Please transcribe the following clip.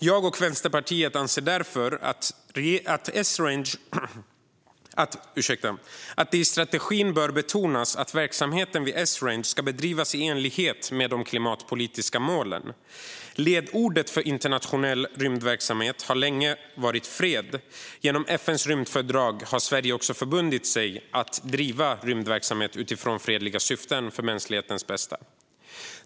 Jag och Vänsterpartiet anser därför att det i strategin bör betonas att verksamheten vid Esrange ska bedrivas i enlighet med de klimatpolitiska målen. Ledordet för internationell rymdverksamhet har länge varit fred. Genom FN:s rymdfördrag har Sverige också förbundit sig att driva rymdverksamhet utifrån fredliga syften för mänsklighetens bästa.